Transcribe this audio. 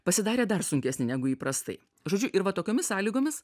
pasidarė dar sunkesnė negu įprastai žodžiu ir va tokiomis sąlygomis